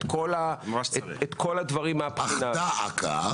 את כל הדברים מהבחינה --- אך דָּא עָקָא.